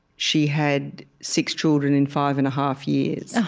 she had six children in five-and-a-half years